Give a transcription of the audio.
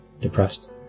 depressed